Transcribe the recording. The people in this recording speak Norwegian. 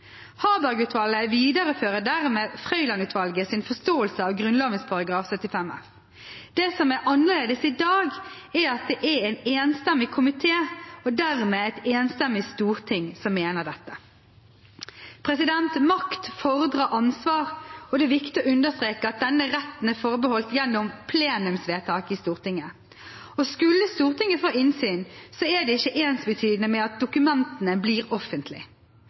viderefører dermed Frøiland-utvalgets forståelse av Grunnloven § 75 f. Det som er annerledes i dag, er at det er en enstemmig komité og dermed et enstemmig storting som mener dette. Makt fordrer ansvar, og det er viktig å understreke at denne retten er forbeholdt gjennom plenumsvedtak i Stortinget. Skulle Stortinget få innsyn, er det ikke ensbetydende med at dokumentene blir